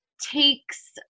takes